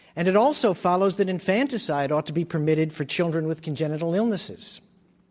and it also follows that infanticide ought to be permitted for children with congenital illnesses.